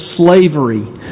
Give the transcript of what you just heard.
slavery